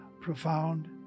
profound